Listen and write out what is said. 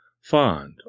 fond